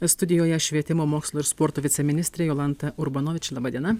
studijoje švietimo mokslo ir sporto viceministrė jolanta urbanovič laba diena